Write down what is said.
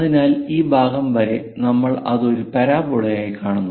അതിനാൽ ഈ ഭാഗം വരെ നമ്മൾ ഇത് ഒരു പരാബോളയായി കാണുന്നു